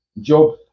Job